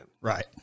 Right